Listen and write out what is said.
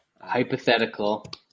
Hypothetical